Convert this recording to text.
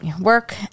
work